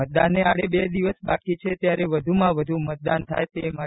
મતદાનને આડે બે દિવસ બાકી છે ત્યારે વધુમાં વધુ મતદાન થાય તે માટે